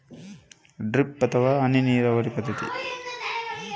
ಹನಿ ನೇರಾವರಿ ಎಂದರೇನು?